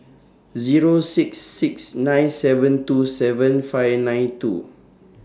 Zero six six nine seven two seven five nine two